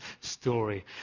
story